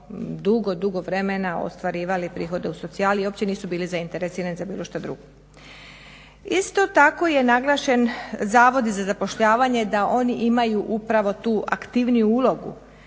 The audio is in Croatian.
dugo, dugo vremena ostvarivali prihode u socijali, uopće nisu bili zainteresirani za bilo što drugo. Isto tako je naglašen Zavodi za zapošljavanje da oni imaju upravu tu aktivniju ulogu,